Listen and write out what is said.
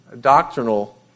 doctrinal